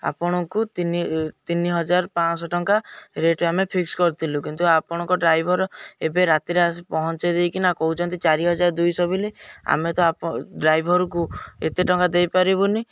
ଆପଣଙ୍କୁ ତିନି ତିନି ହଜାର ପାଞ୍ଚଶହ ଟଙ୍କା ରେଟ୍ ଆମେ ଫିକ୍ସ କରିଥିଲୁ କିନ୍ତୁ ଆପଣଙ୍କ ଡ୍ରାଇଭର୍ ଏବେ ରାତିରେ ଆସି ପହଞ୍ଚାଇ ଦେଇକି ନା କହୁଛନ୍ତି ଚାରି ହଜାର ଦୁଇଶହ ବୋଲି ଆମେ ତ ଡ୍ରାଇଭର୍କୁ ଏତେ ଟଙ୍କା ଦେଇପାରିବୁନି